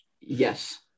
Yes